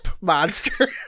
monster